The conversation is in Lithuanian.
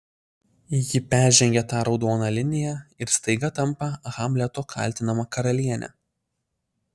ji peržengia tą raudoną liniją ir staiga tampa hamleto kaltinama karaliene